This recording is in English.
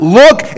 look